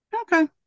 Okay